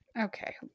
okay